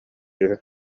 үһү